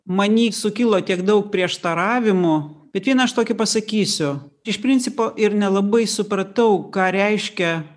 many sukilo tiek daug prieštaravimų bet vieną aš tokį pasakysiu iš principo ir nelabai supratau ką reiškia